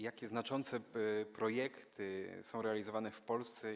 Jakie znaczące projekty są realizowane w Polsce?